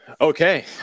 Okay